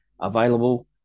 available